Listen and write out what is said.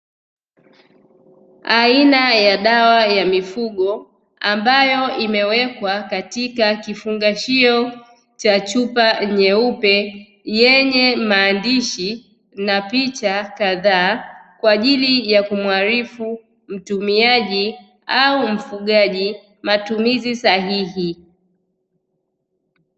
Aina ya dawa ya mifugo ambayo imewekwa katika kifungashio cha chupa nyeupe yenye maandishi na picha kadhaa, kwa ajili ya kumwarifu mtumiaji au mfugaji matumizi sahihi.